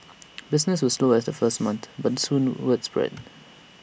business was slow at the first month but soon word spread